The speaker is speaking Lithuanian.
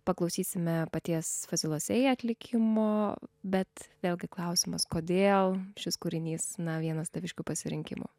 paklausysime paties fasilosei atlikimo bet vėlgi klausimas kodėl šis kūrinys na vienas taviškių pasirinkimų